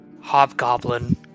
hobgoblin